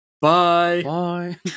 Bye